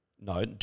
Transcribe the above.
No